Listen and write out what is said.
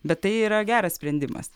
bet tai yra geras sprendimas